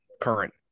current